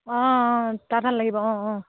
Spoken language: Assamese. অঁ লাগিব অঁ অঁ